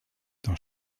dans